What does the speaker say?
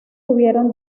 tuvieron